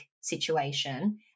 situation